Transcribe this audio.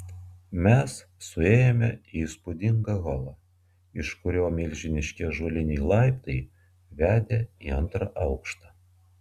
mes suėjome į įspūdingą holą iš kurio milžiniški ąžuoliniai laiptai vedė į antrą aukštą